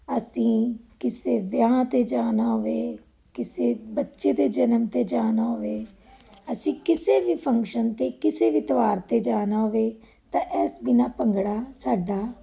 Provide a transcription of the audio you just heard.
ਅਸੀਂ ਕਿਸੇ ਵਿਆਹ 'ਤੇ ਜਾਣਾ ਹੋਵੇ ਕਿਸੇ ਬੱਚੇ ਦੇ ਜਨਮ 'ਤੇ ਜਾਣਾ ਹੋਵੇ ਅਸੀਂ ਕਿਸੇ ਵੀ ਫੰਕਸ਼ਨ 'ਤੇ ਕਿਸੇ ਵੀ ਤਿਉਹਾਰ 'ਤੇ ਜਾਣਾ ਹੋਵੇ ਤਾਂ ਇਸ ਬਿਨ੍ਹਾਂ ਭੰਗੜਾ ਸਾਡਾ